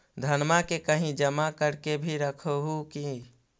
धनमा के कहिं जमा कर के भी रख हू की?